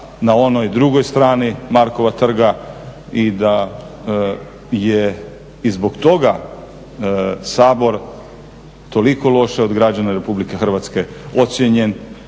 na onoj drugoj strani Markova trga i da je i zbog toga Sabor toliko loše od građana RH ocijenjen.